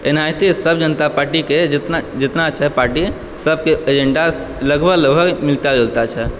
एनाहिते सब जनता पार्टी के जितना जितना छै पार्टी सबके एजेंडा लगभग लगभग मिलता जुलता छै